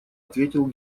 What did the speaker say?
ответил